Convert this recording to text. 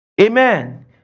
Amen